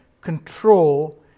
control